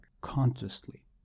consciously